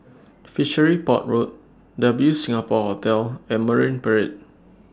Fishery Port Road W Singapore Hotel and Marine Parade